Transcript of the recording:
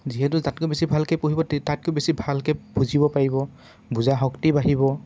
যিহেতু তাতকৈ বেছি ভালকৈ পঢ়িব তাতকৈ বেছি ভালকৈ বুজিব পাৰিব বুজা শক্তি বাঢ়িব